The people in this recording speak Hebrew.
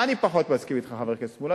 מה אני פחות מסכים אתך, חבר הכנסת מולה?